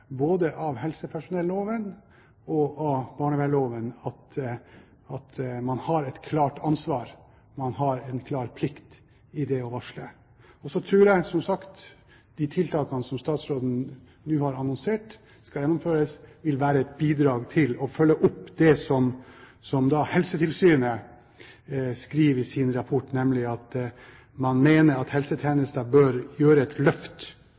ansvar, man har en klar plikt til å varsle. Så tror jeg, som sagt, at de tiltakene som statsråden nå har annonsert skal gjennomføres, vil være et bidrag til å følge opp det som Helsetilsynet skriver i sin rapport, nemlig at man mener at helsetjenesten bør ta et løft